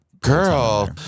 Girl